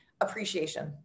appreciation